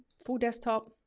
full desktop.